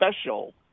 special